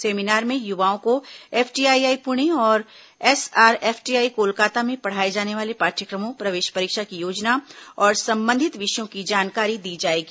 seminar में युवाओं को एफटीआईआई पुणे और एसआरएफटीआई कोलकाता में पढ़ाए जाने वाले पाठ्यक्रमों प्रवेश परीक्षा की योजना और संबंधित विषयों की जानकारी दी जाएगी